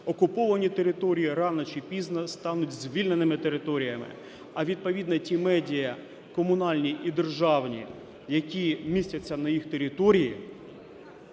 окуповані території рано чи пізно стануть звільненими територіями, а відповідно ті медіа, комунальні і державні, які містяться на їх території,